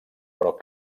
però